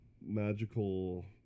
magical